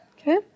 Okay